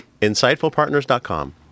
Insightfulpartners.com